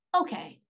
okay